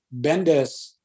Bendis